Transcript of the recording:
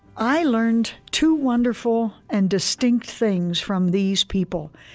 i learned two wonderful and distinct things from these people.